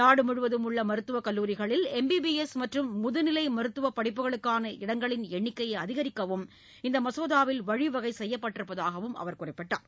நாடு முழுவதும் உள்ள மருத்துவ கல்லூரிகளில் எம் பி பி எஸ் மற்றும் முதுநிலை மருத்துவ படிப்புகளுக்கான இடங்களின் எண்ணிக்கையை அதிகரிக்கவும் இந்த மசோதாவில் வழிவகை செய்யப்பட்டிருப்பதாகவும் அவர் குறிப்பிட்டார்